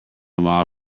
mile